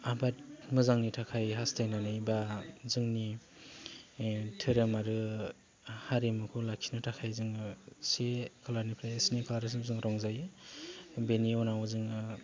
आबाद मोजांनि थाखाय हास्थायनानै बा जोंनि धोरोम आरो हारिमुखौ लाखिनो थाखाय जोङो से खालारनिफ्राय स्नि खालारसिम जों रंजायो बेनि उनाव जोंहा